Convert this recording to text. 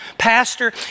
Pastor